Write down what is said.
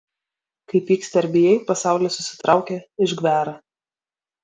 kai pyksti ar bijai pasaulis susitraukia išgvęra